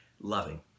loving